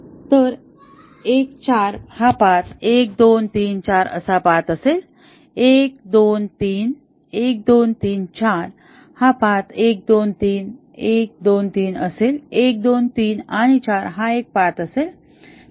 तर 1 4 हा पाथ 1 2 3 4 असा पाथ असेल 1 2 3 1 2 3 4 हा पाथ 1 2 3 1 2 3 असेल 1 2 3 आणि 4 हा एक पाथ असेल